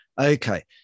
Okay